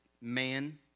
man